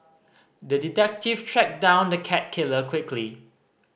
the detective tracked down the cat killer quickly